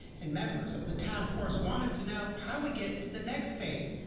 and members of the task force wanted to know how we get to the next phase.